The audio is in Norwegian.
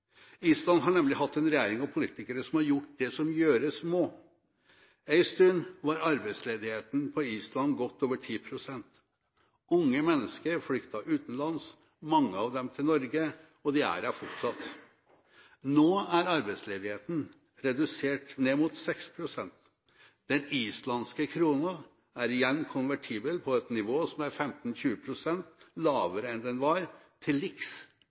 Island har nemlig hatt en regjering, og politikere, som har gjort det som gjøres må. En stund var arbeidsledigheten på Island på godt over 10 pst. Unge mennesker flyktet utenlands – mange av dem til Norge, og de er her fortsatt. Nå er arbeidsledigheten redusert til ned mot 6 pst. Den islandske kronen er igjen konvertibel på et nivå som er 15–20 pst. lavere enn den var,